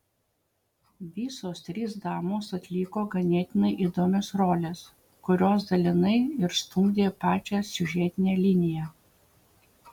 visos trys damos atliko ganėtinai įdomias roles kurios dalinai ir stumdė pačią siužetinę liniją